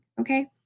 Okay